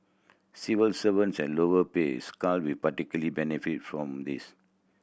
civil servants at lower pay scale will particularly benefit from this